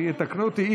יתקנו אותי.